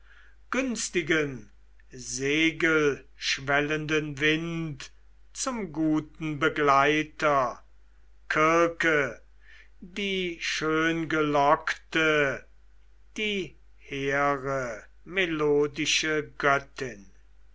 günstigen segelschwellenden wind zum guten begleiter kirke die schöngelockte die hehre melodische göttin